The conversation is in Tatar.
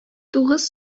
тугыз